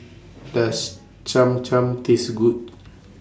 Does Cham Cham Taste Good